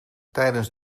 tijdens